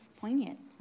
poignant